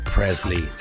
Presley